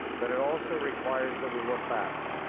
but it also requires that we look back,